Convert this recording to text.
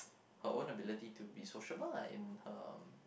her own ability to be sociable lah in her